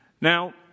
Now